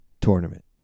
tournament